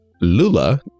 Lula